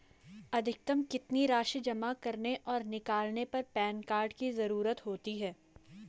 अधिकतम कितनी राशि जमा करने और निकालने पर पैन कार्ड की ज़रूरत होती है?